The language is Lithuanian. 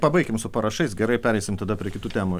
pabaikim su parašais gerai pereisim tada prie kitų temų